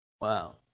wow